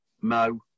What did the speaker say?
Mo